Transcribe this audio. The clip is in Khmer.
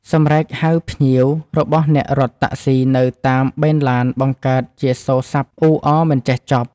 សម្រែកហៅភ្ញៀវរបស់អ្នករត់តាក់ស៊ីនៅតាមបេនឡានបង្កើតជាសូរសព្ទអ៊ូអរមិនចេះចប់។